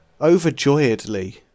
Overjoyedly